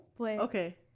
Okay